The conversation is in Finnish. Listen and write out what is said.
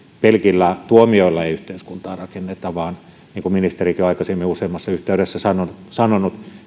pelkillä tuomioilla ei yhteiskuntaa rakenneta vaan niin kuin ministerikin on aikaisemmin useammassa yhteydessä sanonut